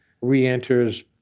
re-enters